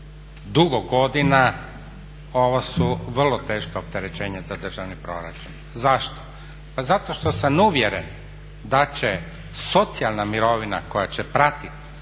dugo godina ovo su vrlo teška opterećenja za državni proračun. Zašto? Pa zato što sam uvjeren da će socijalna mirovina koja će pratiti